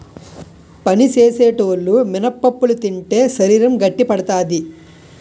పని సేసేటోలు మినపప్పులు తింటే శరీరం గట్టిపడతాది